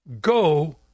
go